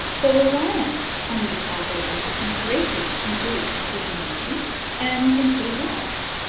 so reliance on these algorithms can greatly improve decision-making and improve lives.